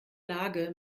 lage